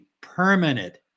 permanent